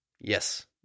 Yes